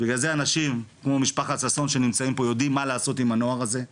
בגלל זה אנשים כמו משפחת ששון שנמצאים פה יודעים מה לעשות עם הנוער הזה,